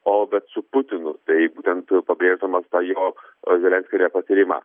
o bet su putinu tai būtent pabrėždamas tą jo zelenskio nepatyrimą